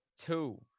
two